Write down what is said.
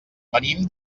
venim